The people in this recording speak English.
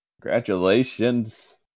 Congratulations